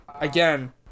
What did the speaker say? again